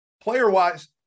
player-wise